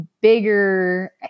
bigger